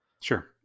Sure